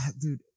dude